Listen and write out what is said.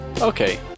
Okay